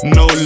no